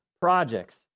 projects